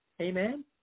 Amen